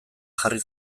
jarri